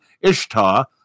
Ishtar